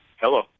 Hello